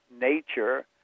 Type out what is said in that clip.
nature